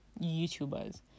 YouTubers